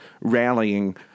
rallying